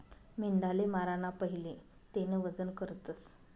मेंढाले माराना पहिले तेनं वजन करतस